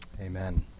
Amen